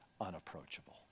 unapproachable